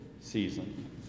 season